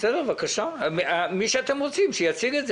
בסדר, בבקשה, מי שאתם רוצים יציג את זה.